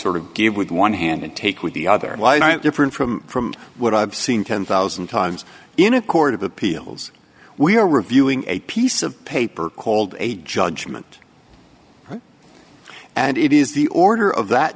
sort of give with one hand and take with the other different from what i've seen ten thousand times in a court of appeals we are reviewing a piece of paper called a judgment and it is the order of that